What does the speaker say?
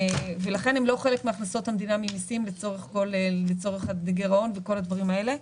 ולכן הם לא חלק מהכנסות המדינה ממיסים לצורך הגירעון וכל הדברים האלה.